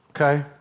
Okay